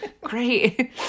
Great